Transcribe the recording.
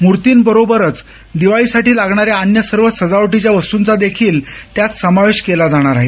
मूर्तींबरोबरच दिवाळीसाठी लागणाऱ्या अन्य सर्व सजावटीच्या वस्तूंचा देखील यात समावेश केला जाणार आहे